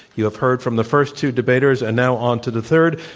you have heard from the first two debaters and now onto the third.